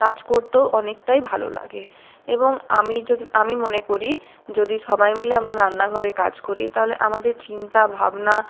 কাজ করতেও অনেকটাই ভালো লাগে এবং আমি যদি আমি মনে করি যদি সবাই মিলে আমরা রান্না ঘরে কাজ করি তাহলে আমাদের চিন্তা ভাবনা